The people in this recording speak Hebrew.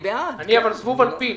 אני זבוב על פיל.